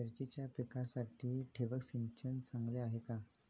मिरचीच्या पिकासाठी ठिबक सिंचन चांगले आहे का?